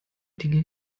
dinge